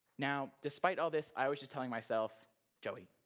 now, despite all this, i was just telling myself joey,